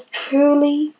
truly